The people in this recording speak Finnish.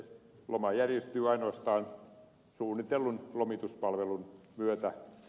se loma järjestyy ainoastaan suunnitellun lomituspalvelun myötä